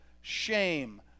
shame